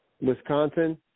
Wisconsin